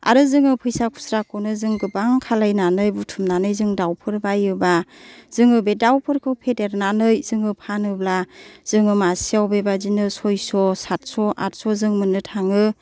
आरो जोङो फैसा खुस्राखौनो जों गोबां खालामनानै बुथुमनानै जों दावफोर बायोबा जोङो बे दावफोरखौ फेदेरनानै जोङो फानोब्ला जोङो मासेयाव बेबादिनो सइस' साथस' आथस' जों मोननो थाङो